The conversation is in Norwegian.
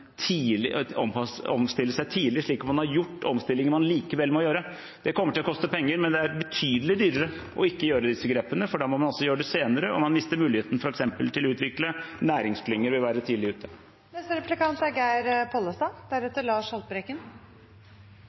tidlig, slik man har gjort, når det er omstillinger man likevel må gjøre. Det kommer til å koste penger, men det er betydelig dyrere ikke å gjøre disse grepene, for da må man altså gjøre det senere, og man mister muligheten f.eks. til å utvikle næringsklynger ved å være tidlig ute. Det er